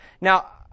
now